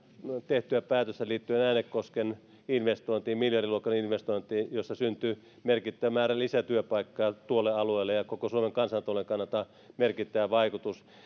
tehtyä päätöstä liittyen äänekosken investointiin miljardiluokan investointiin jossa syntyi merkittävä määrä lisätyöpaikkoja tuolle alueelle ja jolla on koko suomen kansantalouden kannalta merkittävä vaikutus